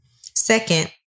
Second